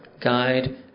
guide